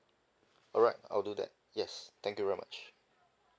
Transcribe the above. alright I'll do that yes thank you very much